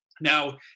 Now